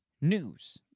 news